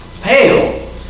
pale